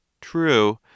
True